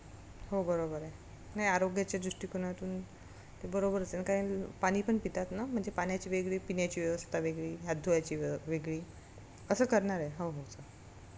हो बरोबर आहे नाही आरोग्याच्या दृष्टिकोनातून ते बरोबरच आहे ना काय पाणी पण पितात ना म्हणजे पाण्याची वेगळी पिण्याची व्यवस्था वेगळी हात धुवायची व्य वेगळी असं करणार आहे हो हो सर